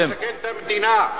אתה מסכן את המדינה.